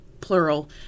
plural